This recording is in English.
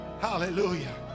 hallelujah